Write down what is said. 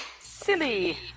Silly